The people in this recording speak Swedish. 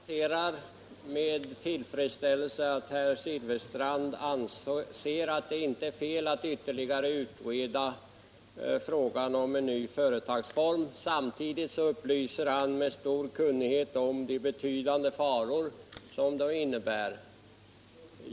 Herr talman! Jag noterar med tillfredsställelse att herr Silfverstrand anser att det inte är fel att ytterligare utreda frågan om en ny företagsform. Samtidigt upplyser han emellertid med stor kunnighet om de betydande faror som det innebär.